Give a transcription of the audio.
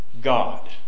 God